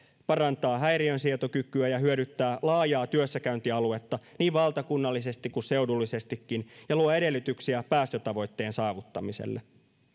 parantaa häiriönsietokykyä ja hyödyttää laajaa työssäkäyntialuetta niin valtakunnallisesti kuin seudullisestikin ja luo edellytyksiä päästötavoitteen saavuttamiselle